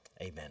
Amen